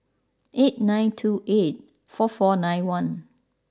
eight nine two eight four four nine one